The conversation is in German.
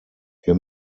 wir